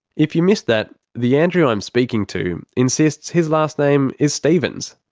if you missed that, the andrew i'm speaking to insists his last name is stevens,